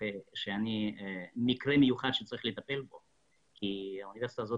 שאני מקרה מיוחד שצריך לטפל בו כי האוניברסיטה הזו